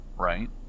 right